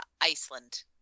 Iceland